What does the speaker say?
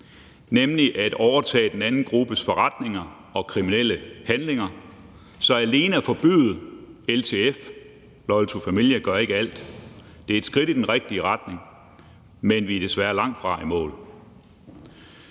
nemlig at overtage den anden gruppes forretninger og kriminelle handlinger. Så alene at forbyde LTF, Loyal To Familia, gør ikke alt, det er et skridt i den rigtige retning, men vi er desværre langt fra i mål.